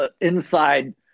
inside